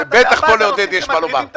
בטח פה לעודד יש מה לומר.